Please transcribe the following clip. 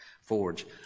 Forge